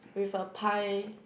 with a pie